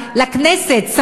לכנסת,